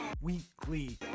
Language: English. Weekly